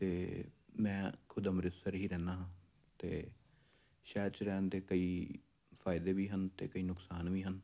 ਅਤੇ ਮੈਂ ਖੁਦ ਅੰਮ੍ਰਿਤਸਰ ਹੀ ਰਹਿੰਦਾ ਹਾਂ ਅਤੇ ਸ਼ਹਿਰ 'ਚ ਰਹਿਣ ਦੇ ਕਈ ਫ਼ਾਇਦੇ ਵੀ ਹਨ ਅਤੇ ਕਈ ਨੁਕਸਾਨ ਵੀ ਹਨ